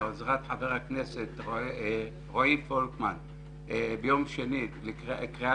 בעזרת חבר הכנסת רועי פולקמן ביום שני בקRIAה